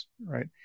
right